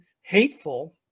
hateful